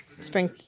Spring